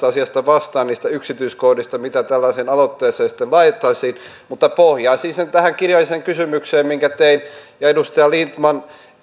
asiasta niistä yksityiskohdista mitä tällaiseen aloitteeseen laitettaisiin mutta pohjaisin sen tähän kirjalliseen kysymykseen minkä tein ja edustaja lindtman